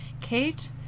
Kate